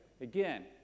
Again